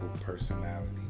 personality